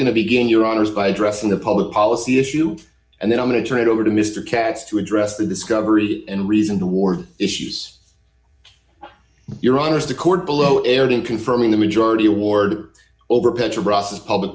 going to begin your honour's by addressing the public policy issue and then i'm going to turn it over to mr katz to address the discovery and reason the war issues your honor the court below erred in confirming the majority award over petra ross's public